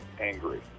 angry